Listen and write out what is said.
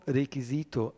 requisito